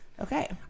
Okay